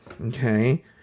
Okay